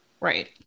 Right